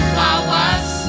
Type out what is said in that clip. flowers